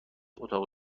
اتاق